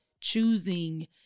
choosing